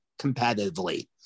competitively